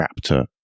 raptor